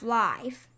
life